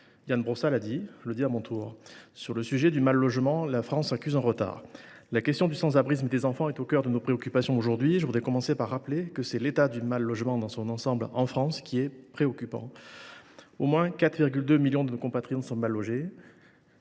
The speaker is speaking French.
pas par de bons résultats : sur le sujet du mal logement, la France accuse un retard. Si la question du sans abrisme des enfants est au cœur de nos préoccupations aujourd’hui, je voudrais commencer par rappeler que c’est l’état du mal logement dans son ensemble en France qui est préoccupant. Au moins 4,2 millions de nos compatriotes sont mal logés,